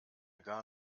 gar